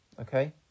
Okay